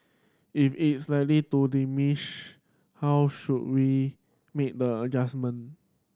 if it's likely to diminish how should we make the adjustment